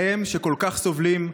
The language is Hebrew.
להם, שכל כך סובלים,